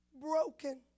Broken